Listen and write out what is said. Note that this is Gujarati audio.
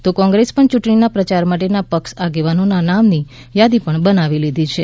તો કોંગ્રેસે પણ ચુંટણીમાં પ્રચાર માટેના પક્ષ આગેવાનોના નામની યાદી પણ બનાવી લીધી છે